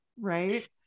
right